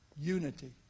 unity